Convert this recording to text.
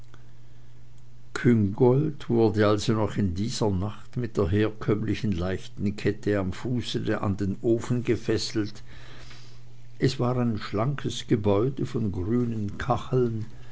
küngolt wurde also noch in dieser nacht mit der herkömmlichen leichten kette am fuße an den ofen gefesselt es war das ein schlankes gebäude von grünen kacheln